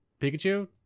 Pikachu